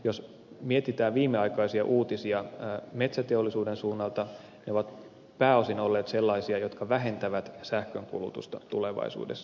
jos mietitään viimeaikaisia uutisia metsäteollisuuden suunnalta ne ovat pääosin olleet sellaisia jotka vähentävät sähkönkulutusta tulevaisuudessa